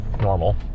normal